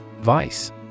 Vice